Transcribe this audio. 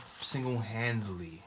single-handedly